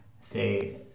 say